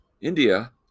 India